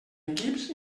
equips